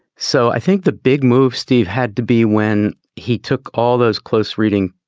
so i think the big move, steve, had to be when he took all those close reading